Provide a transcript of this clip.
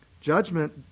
Judgment